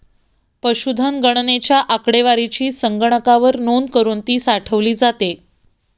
पशुधन गणनेच्या आकडेवारीची संगणकावर नोंद करुन ती साठवली जाते